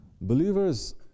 believers